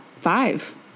five